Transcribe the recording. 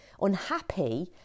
unhappy